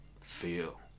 Feel